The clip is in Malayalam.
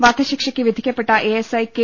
വധശിക്ഷയ്ക്ക് വിധിക്കപ്പെട്ട എ എസ് ഐ കെ